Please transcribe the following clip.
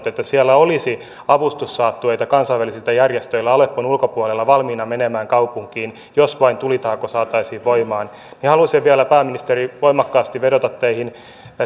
että siellä olisi avustussaattueita kansainvälisillä järjestöillä aleppon ulkopuolella valmiina menemään kaupunkiin jos vain tulitauko saataisiin voimaan haluaisin vielä pääministeri voimakkaasti vedota teihin